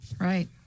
right